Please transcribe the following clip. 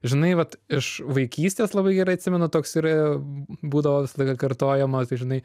žinai vat iš vaikystės labai gerai atsimenu toks ir būdavo visą laiką kartojama tai žinai